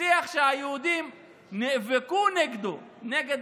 שיח שהיהודים נאבקו נגדו, נגד